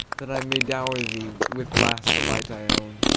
that i may dower thee with last delight i own!